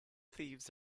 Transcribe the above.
thieves